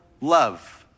love